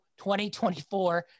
2024